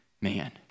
man